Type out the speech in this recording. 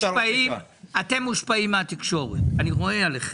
אתם מושפעים מהתקשורת, אני רואה עליכם.